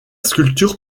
sculpture